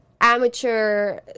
amateur